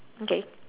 okay